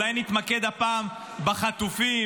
אולי נתמקד הפעם בחטופים?